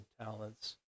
talents